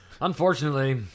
unfortunately